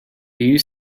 you